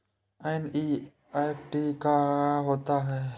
NEFT क्या होता है?